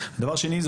דבר שני,